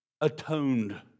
atoned